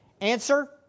Answer